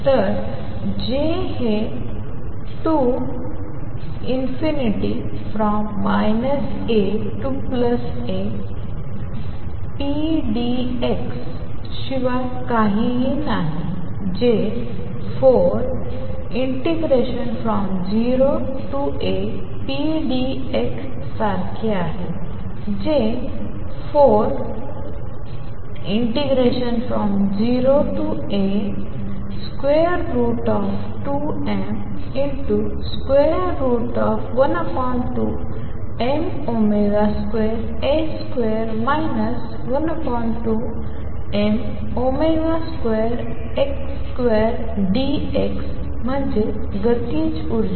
तरJ हे 2 AApdx pdx शिवाय काहीही नाही जे 40Apdx सारखे आहे जे 40A√√dx म्हणजे गतिज ऊर्जा